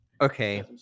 Okay